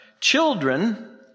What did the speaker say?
children